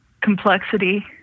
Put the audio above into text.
complexity